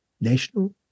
National